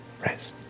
rest,